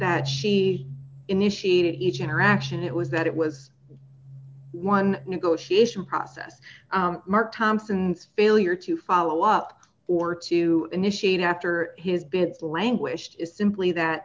that she initiated each interaction it was that it was one negotiation process mark thompson's failure to follow up or to initiate after his bits languished is simply that